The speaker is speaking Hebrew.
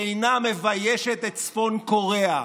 שאינה מביישת את צפון קוריאה.